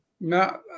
No